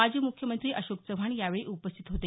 माजी मुख्यमंत्री अशोक चव्हाण यावेळी उपस्थित होते